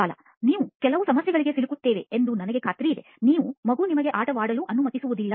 ಬಾಲಾ ನಾವು ಕೆಲವು ಸಮಸ್ಯೆಗಳಿಗೆ ಸಿಲುಕುತ್ತೇವೆ ಎಂದು ನನಗೆ ಖಾತ್ರಿಯಿದೆ ನನ್ನ ಮಗು ನನಗೆ ಆಟವಾಡಲು ಅನುಮತಿಸುವುದಿಲ್ಲ